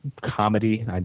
comedy